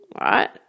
Right